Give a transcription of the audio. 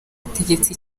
yategetse